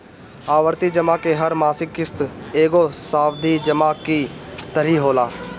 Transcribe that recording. आवर्ती जमा में हर मासिक किश्त एगो सावधि जमा की तरही होला